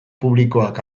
publikoak